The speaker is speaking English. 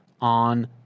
on